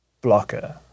blocker